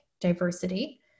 diversity